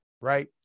right